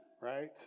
right